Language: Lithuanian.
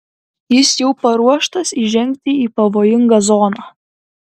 jis jau paruoštas įžengti į pavojingą zoną